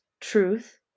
truth